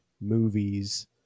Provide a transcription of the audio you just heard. movies